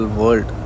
world